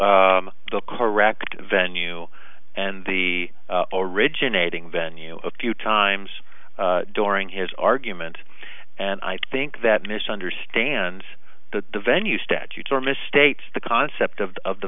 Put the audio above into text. to the correct venue and the originating venue a few times during his argument and i think that misunderstands the venue statutes or misstates the concept of of the